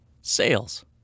sales